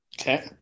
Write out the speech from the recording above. Okay